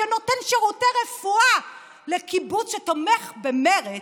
שנותן שירותי רפואה לקיבוץ שתומך במרצ,